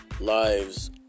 lives